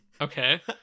Okay